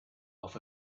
off